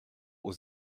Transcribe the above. aux